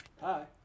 Hi